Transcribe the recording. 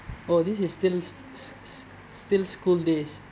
oh this is still still school days